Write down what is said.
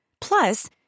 Plus